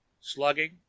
slugging